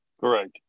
Correct